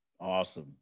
awesome